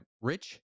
rich